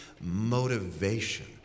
motivation